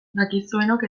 dakizuenok